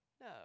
No